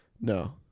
no